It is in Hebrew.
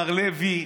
מר לוי,